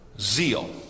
zeal